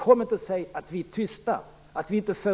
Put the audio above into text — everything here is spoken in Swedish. Kom inte och säg att vi är tysta och inte för ut ett budskap!